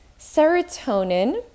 serotonin